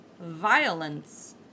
violence